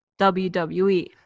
WWE